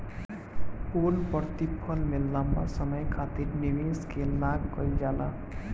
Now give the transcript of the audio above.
पूर्णप्रतिफल में लंबा समय खातिर निवेश के लाक कईल जाला